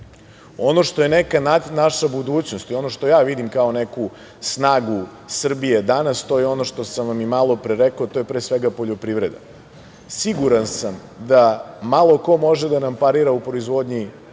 Ono što je neka naša budućnost i ono što ja vidim kao neku snagu Srbije danas, to je ono što sam i malopre rekao, to je pre svega poljoprivreda. Siguran sam da malo ko može da nam parira u proizvodnji